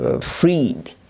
freed